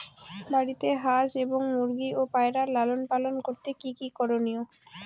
বাড়িতে হাঁস এবং মুরগি ও পায়রা লালন পালন করতে কী কী করণীয়?